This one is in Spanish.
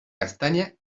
castaña